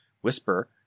Whisper